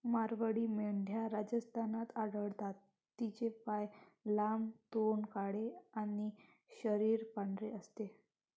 मारवाडी मेंढ्या राजस्थानात आढळतात, तिचे पाय लांब, तोंड काळे आणि शरीर पांढरे असते